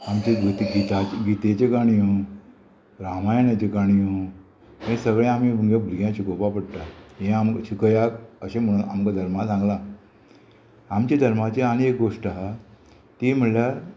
आमचे गिताचे गितेच्यो काणयो रामायणाच्यो काणयो हे सगळें आमी भुरग्यां भुरग्यांक शिकोवपा पडटा हें आमकां शिकयात अशें म्हणून आमकां धर्मा सांगलां आमच्या धर्माची आनी एक गोश्ट आहा ती म्हणल्यार